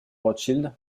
rothschild